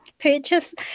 purchase